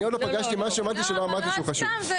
אני עוד לא פגשתי משהו שלא אמרתי שהוא לא חשוב.